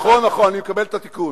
קרא, נכון, נכון, אני מקבל את התיקון.